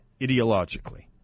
ideologically